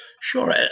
Sure